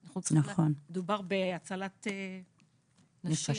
חוץ מזה מדובר בהצלת נשים.